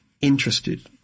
interested